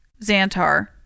Xantar